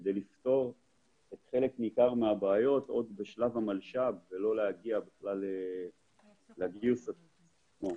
כדי לפתור חלק ניכר מהבעיות עוד בשלב המלש"ב ולא להגיע בכלל לגיוס עצמו.